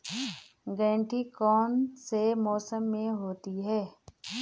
गेंठी कौन से मौसम में होती है?